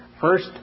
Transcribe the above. first